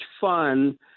fun